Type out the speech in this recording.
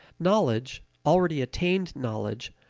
knowledge, already attained knowledge,